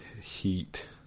Heat